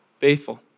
Faithful